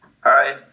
Hi